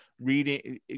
reading